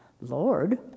Lord